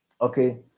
okay